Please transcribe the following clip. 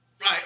right